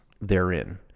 therein